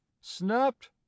snapped